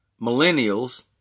millennials